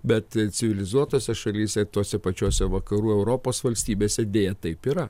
bet civilizuotose šalyse tose pačiose vakarų europos valstybėse deja taip yra